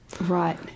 Right